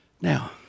Now